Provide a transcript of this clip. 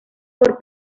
por